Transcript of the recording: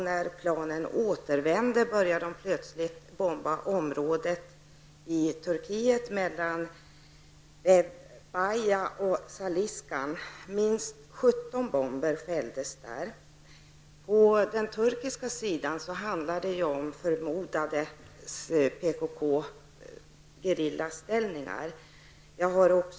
När planen återvände började de plötsligt bomba ett område i Turkiet mellan Beve Baya och När det gäller den turkiska sidan rörde det sig om förmodade gerillaställningar tillhörande PKK.